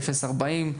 40-0 ק"מ.